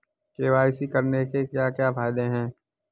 KYC करने के क्या क्या फायदे हैं?